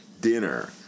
dinner